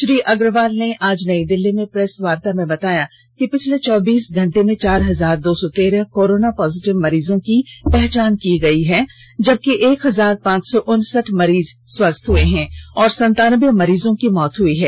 श्री अग्रवाल ने आज नई दिल्ली में प्रेसवार्ता में बताया कि पिछले चौबीस घंटे में चार हजार दो सौ तेरह कोरोना पॉजिटिव मरीजों की पहचान की गयी है जबकि एक हजार पांच सौ उनसठ मरीज स्वस्थ हुए हैं और सतानवे मरीजों की मौत हुई है